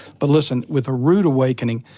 but listen, with a rood awakening,